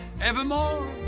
evermore